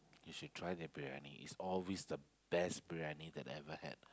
you should try their briyani it's always the best briyani that I ever had